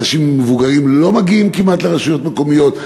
אנשים מבוגרים לא מגיעים כמעט לרשויות מקומיות.